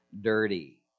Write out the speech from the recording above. dirty